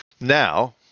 now